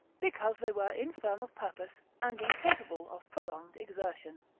because they were infirm of purpose and incapable of prolonged exertion.